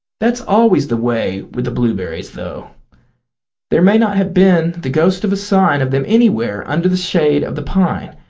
that's always the way with the blueberries, though there may not have been the ghost of a sign of them anywhere under the shade of the pine,